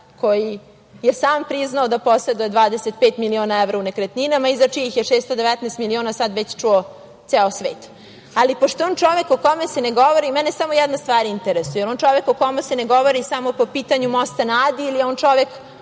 koji je sam priznao da poseduje 25 miliona evra u nekretninama i za čijih je 619 miliona sada već čuo ceo svet, ali pošto je on čovek o kome se ne govori, mene samo jedna stvar interesuje. Da li je on čovek o kome se ne govori samo po pitanju Mosta na Adi ili je on čovek